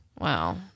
Wow